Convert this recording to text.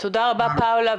תודה רבה פאולה,